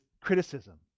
criticism